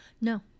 No